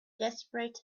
desperate